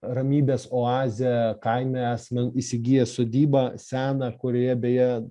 ramybės oazę kaime esame įsigiję sodybą seną kurioje beje